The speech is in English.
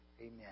Amen